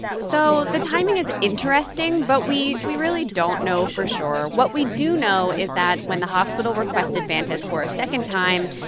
so the timing is interesting, but we we really don't know for sure. what we do know is that, when the hospital requested vantas for a second time,